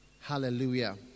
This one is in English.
Hallelujah